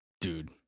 Dude